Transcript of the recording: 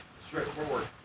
Straightforward